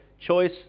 choice